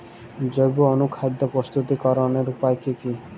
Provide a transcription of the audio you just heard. জৈব অনুখাদ্য প্রস্তুতিকরনের উপায় কী কী?